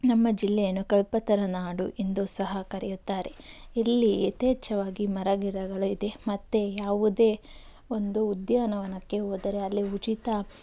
ನಮ್ಮ ಜಿಲ್ಲೆಯನ್ನು ಕಲ್ಪತರು ನಾಡು ಎಂದು ಸಹ ಕರೆಯುತ್ತಾರೆ ಇಲ್ಲಿ ಯಥೇಚ್ಛವಾಗಿ ಮರ ಗಿಡಗಳು ಇದೆ ಮತ್ತೆ ಯಾವುದೇ ಒಂದು ಉದ್ಯಾನವನಕ್ಕೆ ಹೋದರೆ ಅಲ್ಲಿ ಉಚಿತ